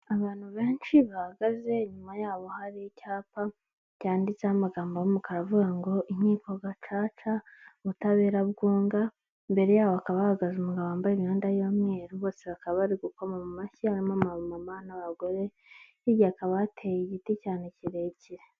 Abantu benshi benshi bahagaze inyuma yabo hari icyapa cyanditseho amagambo y'umukara avuga ngo inkiko gacaca, ubutabera bwunga, imbere yabo hakaba hahagaze umugabo wambaye imyenda y'umweru bose bakaba bari gukoma mu mashyi, harimo abamama n'abagore hirya hakaba hateye igiti cyane kirekire.